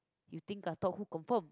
you think I thought who confirm